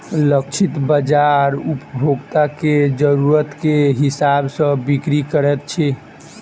लक्षित बाजार उपभोक्ता के जरुरत के हिसाब सॅ बिक्री करैत अछि